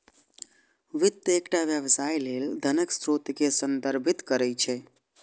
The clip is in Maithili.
वित्त एकटा व्यवसाय लेल धनक स्रोत कें संदर्भित करै छै